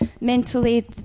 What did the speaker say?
mentally